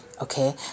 okay